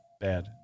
bad